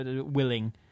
willing